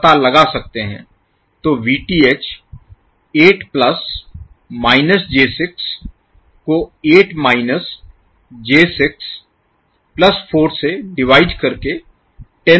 तो Vth 8 plus minus j6 को 8 minus j6 plus 4 से डिवाइड करके 10 से मल्टीप्लाई किया जाएगा